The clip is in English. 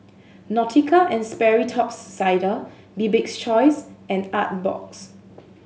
Nautica and Sperry Top's Sider Bibik's Choice and Artbox